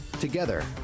Together